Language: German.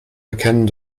erkennen